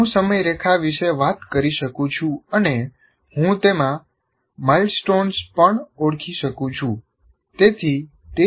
હું સમયરેખા વિશે વાત કરી શકું છું અને હું તેમાં માઇલસ્ટોન્સ પણ ઓળખી શકું છું